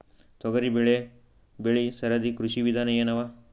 ತೊಗರಿಬೇಳೆ ಬೆಳಿ ಸರದಿ ಕೃಷಿ ವಿಧಾನ ಎನವ?